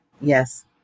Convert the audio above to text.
yes